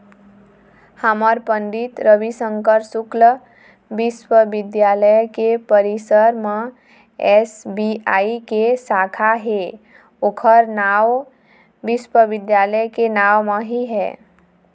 हमर पंडित रविशंकर शुक्ल बिस्वबिद्यालय के परिसर म एस.बी.आई के साखा हे ओखर नांव विश्वविद्यालय के नांव म ही है